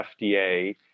FDA